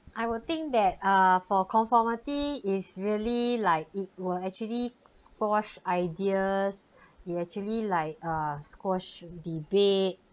I would think that uh for conformity is really like it will actually squash ideas it actually like uh squash debate